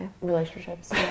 Relationships